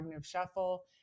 shuffle